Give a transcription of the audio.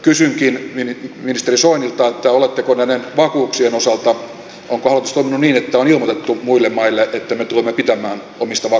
kysynkin ministeri soinilta onko hallitus toiminut näiden vakuuksien osalta niin että on ilmoitettu muille maille että me tulemme pitämään omista vakuuksistamme kiinni